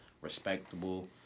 respectable